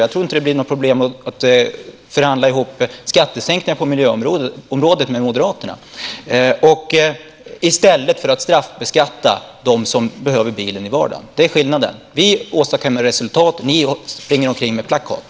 Jag tror inte att det blir något problem att förhandla fram skattesänkningar på miljöområdet med Moderaterna, i stället för att straffbeskatta dem som behöver bilen i vardagen. Det är skillnaden. Vi åstadkommer resultat, och ni springer omkring med plakat.